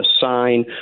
sign